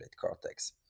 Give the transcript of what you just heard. cortex